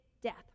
death